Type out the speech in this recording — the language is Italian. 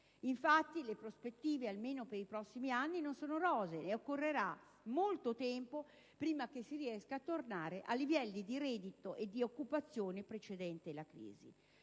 Infatti, le prospettive almeno per i prossimi anni non sono rosee e occorrerà molto tempo prima che si riesca a tornare a livelli di reddito e di occupazione precedente la crisi